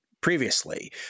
previously